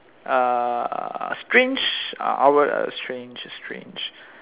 uh strange strange strange